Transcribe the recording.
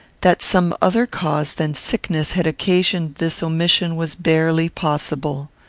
that some other cause than sickness had occasioned this omission was barely possible.